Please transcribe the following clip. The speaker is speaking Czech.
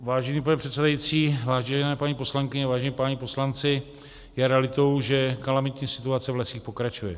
Vážený pane předsedající, vážené paní poslankyně, vážení páni poslanci, je realitou, že kalamitní situace v lesích pokračuje.